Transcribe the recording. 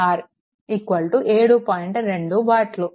2 వాట్లు